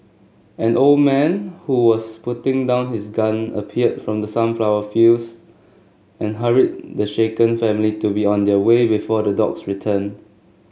an old man who was putting down his gun appeared from the sunflower fields and hurried the shaken family to be on their way before the dogs return